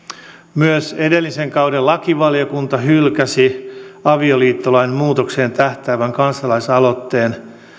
myös edellisen kauden lakivaliokunta hylkäsi avioliittolain muutokseen tähtäävän kansalaisaloitteen